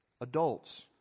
adults